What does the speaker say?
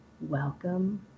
welcome